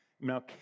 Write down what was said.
Now